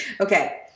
Okay